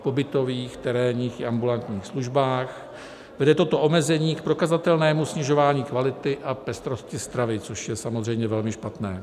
V pobytových terénních ambulantních službách vede toto omezení k prokazatelnému snižování kvality a pestrosti stravy, což je samozřejmě velmi špatné.